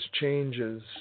changes